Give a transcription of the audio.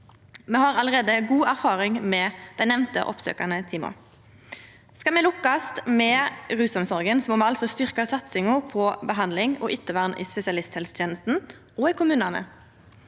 Me har allereie god erfaring med dei nemnde oppsøkjande teama. Skal me lukkast med rusomsorga, må me altså styrkja satsinga på behandling og ettervern i spesialisthelsetenesta og i kommunane.